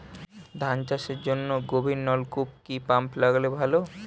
ধান চাষের জন্য গভিরনলকুপ কি পাম্প লাগালে ভালো?